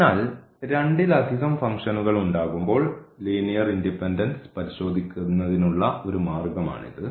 അതിനാൽ രണ്ടിലധികം ഫംഗ്ഷനുകൾ ഉണ്ടാകുമ്പോൾ ലീനിയർ ഇൻഡിപെൻഡൻസ് പരിശോധിക്കുന്നതിനുള്ള ഒരു മാർഗ്ഗമാണിത്